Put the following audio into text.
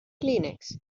kleenex